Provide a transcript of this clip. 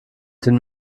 den